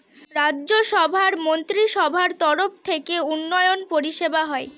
রাজ্য সভার মন্ত্রীসভার তরফ থেকে উন্নয়ন পরিষেবা হয়